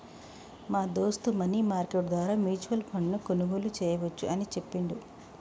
మా దోస్త్ money market ద్వారా మ్యూచువల్ ఫండ్ ను కొనుగోలు చేయవచ్చు అని చెప్పిండు